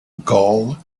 gall